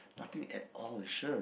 nothing at all you sure